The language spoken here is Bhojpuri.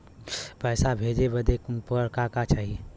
पैसा भेजे बदे उनकर का का चाही?